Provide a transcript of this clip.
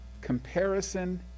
comparison